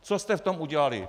Co jste v tom udělali?